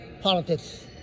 politics